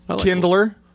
Kindler